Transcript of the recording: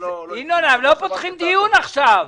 ינון, אנחנו לא פותחים דיון עכשיו.